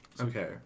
Okay